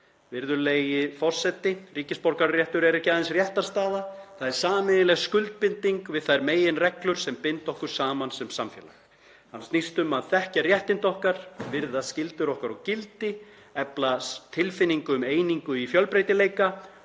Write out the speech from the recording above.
Virðulegi forseti. Ríkisborgararéttur er ekki aðeins réttarstaða. Það er sameiginleg skuldbinding við þær meginreglur sem binda okkur saman sem samfélag. Hann snýst um að þekkja réttindi okkar, virða skyldur okkar og gildi, efla tilfinningu um einingu í fjölbreytileika